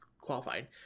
qualifying